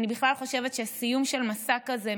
אני בכלל חושבת שסיום של מסע כזה,